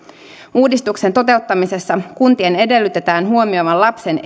uudistuksen toteuttamisessa kuntien edellytetään huomioivan lapsen